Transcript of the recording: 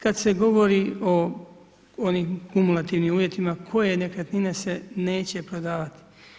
Kad se govori o onim kumulativnim uvjetima koje nekretnine se neće prodavati.